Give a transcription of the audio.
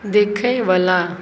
देखयवला